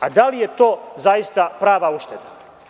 A da li je to zaista prava ušteda?